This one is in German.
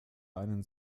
einen